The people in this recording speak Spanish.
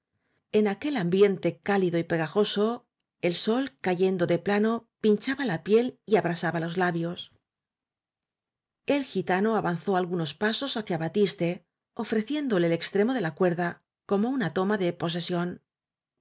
en aquel ambiente cálido y pegajoso el sol cayendo de plano pinchaba la piel y abrasaba los labios el gitano avanzó algunos pasos hacia ba tiste ofreciéndole el extremo de la cuerda como una toma de posesión